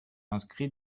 inscrits